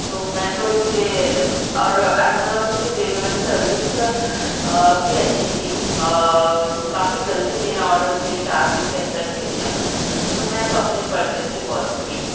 تو میں تو اِسے اور امیزون کے ڈلیوری سروس بھی اچھی تھی کافی جلدی میرا آرڈر مجھے چار دن کے اندر مِل گیا تو میں تو اپنے پرچیز سے بہت خوش ہوں